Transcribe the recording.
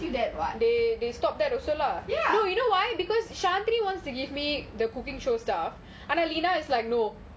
ya